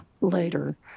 later